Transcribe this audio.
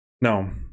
no